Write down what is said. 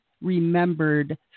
remembered